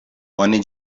oni